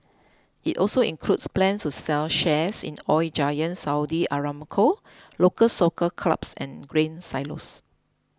it also includes plans to sell shares in Oil Giant Saudi Aramco Local Soccer Clubs and Grain Silos